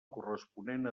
corresponent